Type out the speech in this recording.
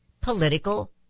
political